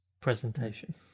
presentation